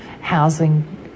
housing